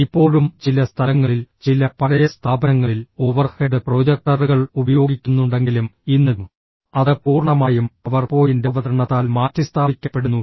ഇപ്പോഴും ചില സ്ഥലങ്ങളിൽ ചില പഴയ സ്ഥാപനങ്ങളിൽ ഓവർഹെഡ് പ്രൊജക്ടറുകൾ ഉപയോഗിക്കുന്നുണ്ടെങ്കിലും ഇന്ന് അത് പൂർണ്ണമായും പവർ പോയിന്റ് അവതരണത്താൽ മാറ്റിസ്ഥാപിക്കപ്പെടുന്നു